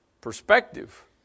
perspective